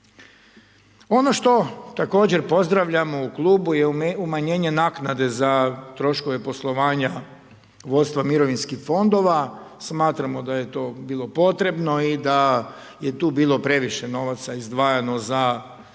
Ono što također pozdravljamo u klubu je umanjenje naknade za troškove poslovanja vodstva mirovinskih fondova, smatramo da je to bilo potrebno i da je tu bilo previše novaca izdvajano za